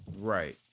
Right